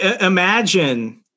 Imagine